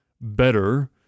better